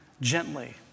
gently